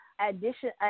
addition